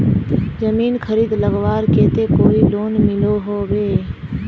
जमीन खरीद लगवार केते कोई लोन मिलोहो होबे?